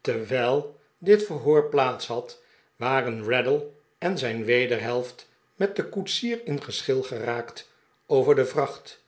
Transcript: terwijl dit verhoor plaats had waren raddle en zijn wederhelft met den koetsier in geschil geraakt over de vracht